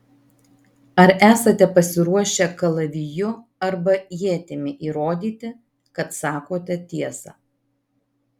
ar esate pasiruošę kalaviju arba ietimi įrodyti kad sakote tiesą